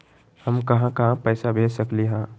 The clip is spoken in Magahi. हम कहां कहां पैसा भेज सकली ह?